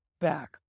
back